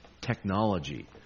Technology